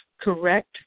correct